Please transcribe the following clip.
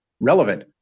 relevant